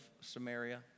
Samaria